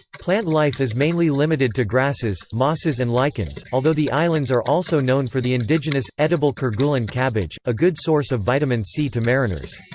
plant life is mainly limited to grasses, mosses and lichens, although the islands are also known for the indigenous, edible kerguelen cabbage, a good source of vitamin c to mariners.